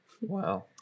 Wow